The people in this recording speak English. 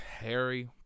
harry